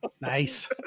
nice